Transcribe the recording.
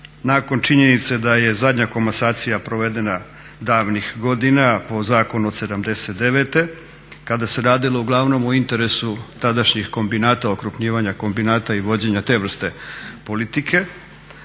nakon činjenice da je zadnja komasacija provedena davnih godina po zakonu od '79. kada se radilo uglavnom o interesu tadašnjih kombinata, okrupnjivanja kombinata i vođenja te vrste politike